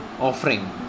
offering